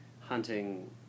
hunting